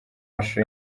mashusho